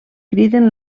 criden